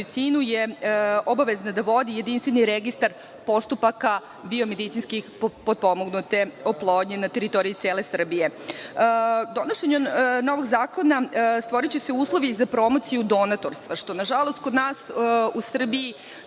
je obavezna da vodi jedinstveni registar postupaka biomedicinski potpomognute oplodnje na teritoriji cele Srbije. Donošenjem novog zakona stvoriće se uslovi za promociju donatorstva, što nažalost kod nas u Srbiji